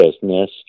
business